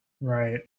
right